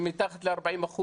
מתחת ל-40%,